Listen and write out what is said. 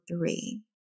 three